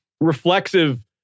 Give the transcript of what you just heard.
reflexive